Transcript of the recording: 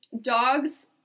dogs